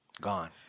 Gone